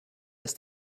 ist